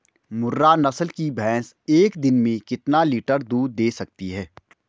मुर्रा नस्ल की भैंस एक दिन में कितना लीटर दूध दें सकती है?